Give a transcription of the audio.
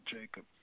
Jacob